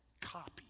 copy